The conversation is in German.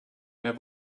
mehr